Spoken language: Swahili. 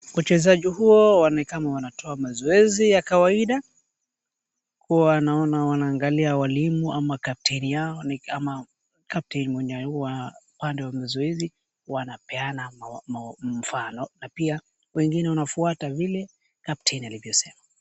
Wachezaji hao ni kama wanatoa mazoezi ya kawaida, kuwa naona wanaangalia mwalimu au kapteini wao, ni captain mwenye huwa pande ya mazoezi wanapeana mfano na pia wengine wanafuata vile captain alivyosema.